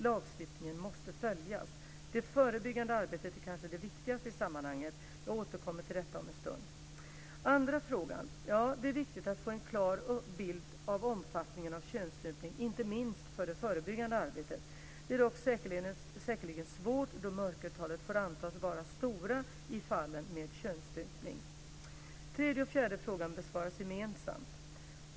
Lagstiftningen måste följas. Det förebyggande arbetet är kanske det viktigaste i sammanhanget. Jag återkommer till detta om en stund. Svaret på den andra frågan är: Ja, det är viktigt att få en klar bild av omfattningen av könsstympning, inte minst för det förebyggande arbetet. Det är dock säkerligen svårt då mörkertalen antas vara stora i fallen med könsstympning. Den tredje och den fjärde frågan besvaras gemensamt.